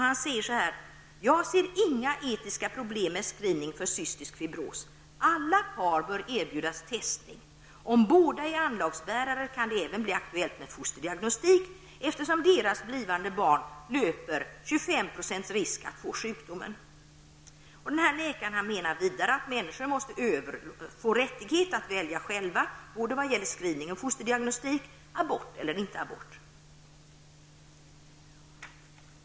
Han säger: ''Jag ser inga etiska problem med screening för cystisk fibros. Alla par bör erbjudas testning. Om båda är anlagsbärare kan det även bli aktuellt med fosterdiagnostik, eftersom deras blivande barn löper 25 procents risk att få sjukdomen.'' Robert Williamson menar vidare att människor måste få rätt att välja själva, vad gäller både screening och fosterdiagnostik, abort eller inte abort.